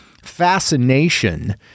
Fascination